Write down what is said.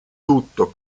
tutto